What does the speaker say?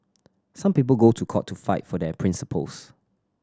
some people go to court to fight for their principles